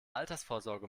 altersvorsorge